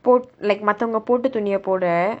like மத்தவங்க போட்ட துணியே போட:matthavanga potta thunyae poda